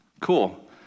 Cool